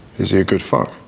is he a good father?